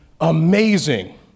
amazing